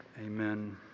Amen